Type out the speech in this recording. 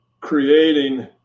creating